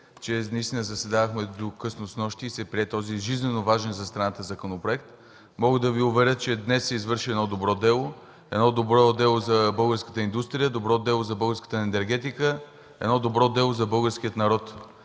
енергетика – заседавахме до късно снощи и се прие този жизнено важен за страната законопроект. Мога да Ви уверя, че днес се извърши едно добро дело – добро дело за българската индустрия, за българската енергетика, за българския народ.